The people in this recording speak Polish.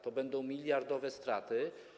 To będą miliardowe straty.